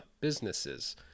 Businesses